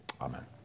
Amen